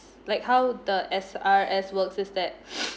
like how the S_R_S works is that